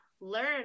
learn